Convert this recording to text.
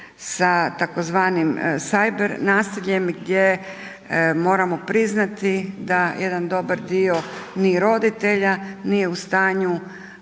sa tzv. cyber nasiljem gdje moramo priznati da jedan dobar dio ni roditelja nije u stanju